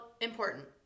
important